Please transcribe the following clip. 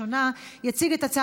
אינו נוכח,